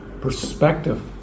perspective